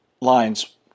lines